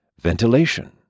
ventilation